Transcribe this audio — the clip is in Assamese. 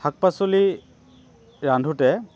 শাক পাচলি ৰান্ধোতে